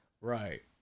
Right